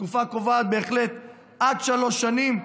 התקופה הקובעת בהחלט היא עד שלוש שנים,